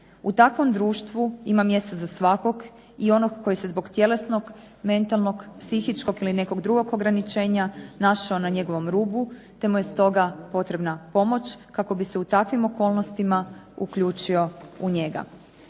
U takvom društvu ima mjesta za svakog, i onog koji se zbog tjelesnog, mentalnog, psihičkog ili nekog drugog ograničenja našao na njegovom rubu te mu je stoga potrebna pomoć kako bi se u takvim okolnostima uključio u njega.